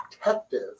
protective